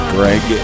Greg